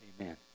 Amen